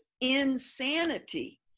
insanity